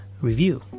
review